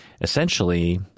essentially